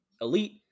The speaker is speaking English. elite